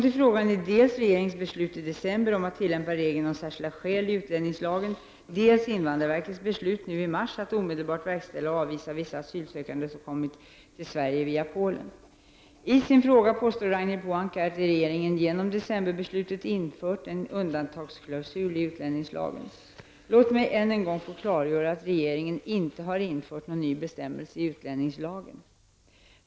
I sin fråga påstår Ragnhild Pohanka att regeringen genom decemberbeslutet infört en undantagsklausul i utlänningslagen. Låt mig än en gång få klargöra att regeringen inte har infört någon ny bestämmelse i utlänningslagen.